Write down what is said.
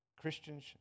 Christians